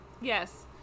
Yes